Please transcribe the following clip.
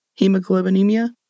hemoglobinemia